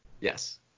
yes